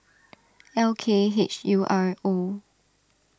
L K H U R O